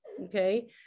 Okay